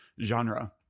genre